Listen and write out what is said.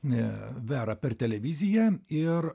verą per televiziją ir